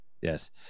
Yes